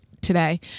today